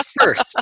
first